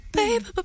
baby